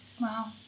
Wow